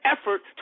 effort